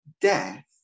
death